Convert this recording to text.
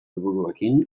helburuarekin